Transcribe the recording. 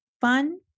fun